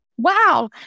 wow